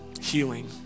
healing